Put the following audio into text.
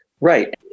Right